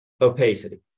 opacity